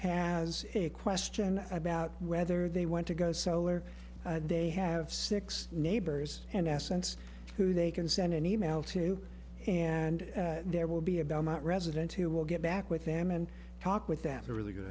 has a question about whether they want to go solar they have six neighbors and assets who they can send an e mail to and there will be a belmont resident who will get back with them and talk with them to really